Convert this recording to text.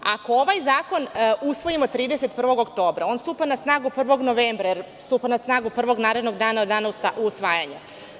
Ako ovaj zakon usvojimo 31. oktobra, on stupa na snagu 1. novembra, jer stupa na snagu prvog narednog dana usvajanja.